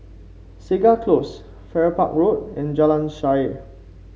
Segar Close Farrer Park Road and Jalan Shaer